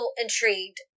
intrigued